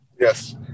Yes